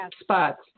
spots